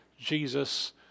Jesus